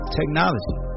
technology